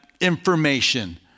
information